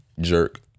jerk